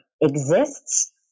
exists